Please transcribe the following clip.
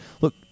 look